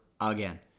again